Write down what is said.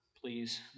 Please